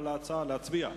להצביע?